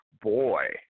boy